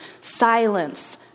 silence